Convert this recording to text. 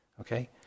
Okay